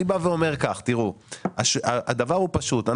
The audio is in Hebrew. אני אומר שהדבר הוא פשוט.